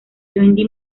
randy